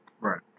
Right